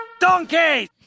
Donkeys